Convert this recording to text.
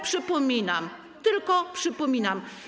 Przypominam, tylko przypominam.